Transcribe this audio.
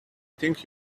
think